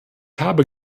habe